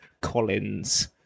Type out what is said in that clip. Collins